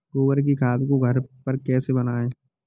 गोबर की खाद को घर पर कैसे बनाएँ?